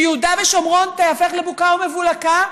יהודה ושומרון ייהפכו לבוקה ומבולקה,